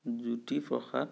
Jyotiprasad